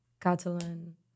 Catalan